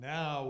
Now